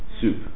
soup